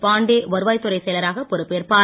பாண்டே வருவாய்துறைச் செயலராக பொறுப்பேற்பார்